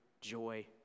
joy